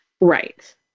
Right